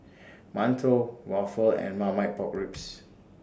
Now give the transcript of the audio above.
mantou Waffle and Marmite Pork Ribs